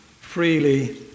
Freely